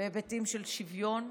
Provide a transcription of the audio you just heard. בהיבטים של שוויון,